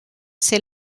ser